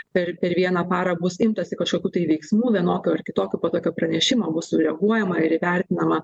per per vieną parą bus imtasi kažkokių tai veiksmų vienokių ar kitokių po tokio pranešimo bus sureaguojama ir įvertinama